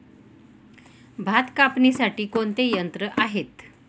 भात कापणीसाठी कोणते यंत्र आहे?